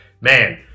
Man